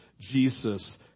Jesus